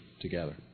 together